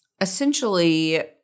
essentially